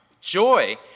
joy